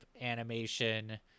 animation